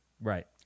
Right